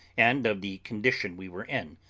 and of the condition we were in,